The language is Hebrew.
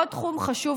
עוד תחום חשוב,